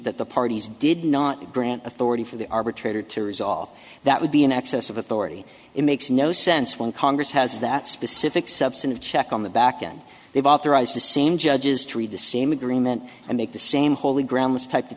that the parties did not grant authority for the arbitrator to resolve that would be an excess of authority it makes no sense when congress has that specific subset of check on the back and they've authorized the same judges to read the same agreement and make the same holy ground this type